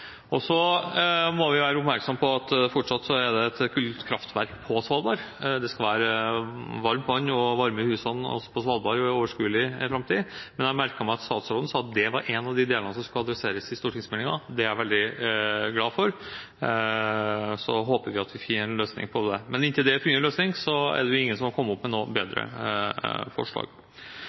må være oppmerksom på at fortsatt er det et kullkraftverk på Svalbard. Det skal være varmt vann og varme i husene på Svalbard også i overskuelig framtid. Jeg merket meg at statsråden sa at det er en av de delene som skal adresseres i stortingsmeldingen. Det er jeg veldig glad for. Så håper vi at vi finner en løsning på det. Men inntil vi finner en løsning, er det ingen som har kommet opp med noe bedre forslag.